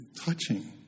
touching